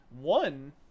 one